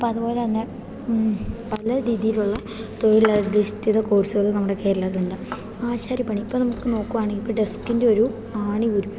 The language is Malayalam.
അപ്പം അതുപോലെത്തന്നെ പല രീതിയിലുള്ള തൊഴിലധിഷ്ഠിത കോഴ്സുകൾ നമ്മുടെ കേരളത്തിലുണ്ട് ആശാരിപ്പണി ഇപ്പം നമുക്ക് നോക്കുവാണെങ്കിൽ ഇപ്പം ഡസ്ക്കിൻ്റെ ഒരു ആണി ഊരിപ്പോയി